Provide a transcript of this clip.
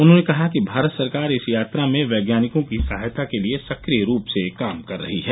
उन्होंने कहा कि भारत सरकार इस यात्रा में वैज्ञानिकों की सहायता के लिए सक्रिय रूप से काम कर रही है